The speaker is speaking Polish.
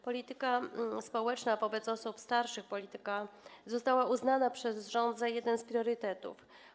Polityka społeczna wobec osób starszych została uznana przez rząd za jeden z priorytetów.